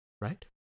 right